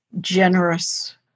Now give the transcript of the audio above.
generous